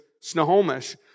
Snohomish